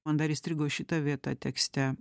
man dar įstrigo šita vieta tekste